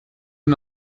ein